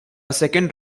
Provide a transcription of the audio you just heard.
second